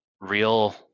real